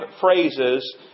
phrases